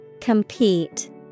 Compete